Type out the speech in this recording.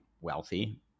wealthy